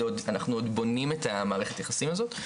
אנחנו עוד בונים את מערכת היחסים הזו,